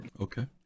Okay